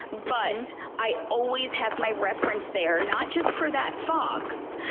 but i always have my references there, not just for that fox,